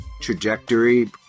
Trajectory